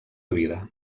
vida